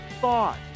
thought